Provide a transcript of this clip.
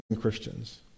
Christians